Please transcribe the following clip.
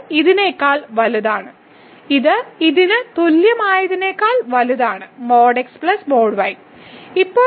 ഇത് ഇതിനേക്കാൾ വലുതാണ് ഇത് ഇതിന് തുല്യമായതിനേക്കാൾ വലുതാണ് | x || y |